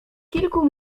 kilku